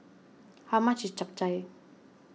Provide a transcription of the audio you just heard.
how much is Chap Chai